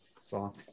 song